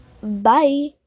Bye